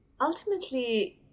Ultimately